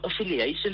affiliation